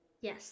Yes